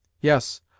Yes